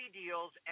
deals